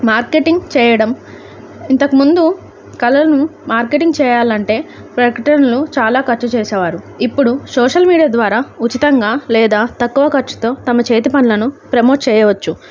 marketing చేయడం ఇంతకుముందు కళలను మార్కెటింగ్ చేయాలంటే ప్రకటనలు చాలా ఖర్చు చేసేవారు ఇప్పుడు సోషల్ మీడియా ద్వారా ఉచితంగా లేదా తక్కువ ఖర్చుతో తమ చేతి పనులను ప్రమోట్ చేయవచ్చు